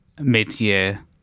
mid-year